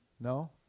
No